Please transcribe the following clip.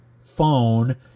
phone